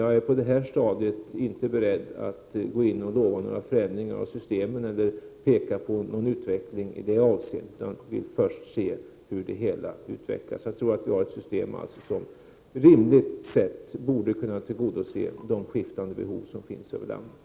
Jag är dock på detta stadium inte beredd att lova några förändringar av systemet eller peka på någon utveckling i det avseendet, utan jag vill först se hur det hela utvecklas. Jag tror att vi har ett system som rimligt sett borde kunna tillgodose de skiftande behov som finns över landet.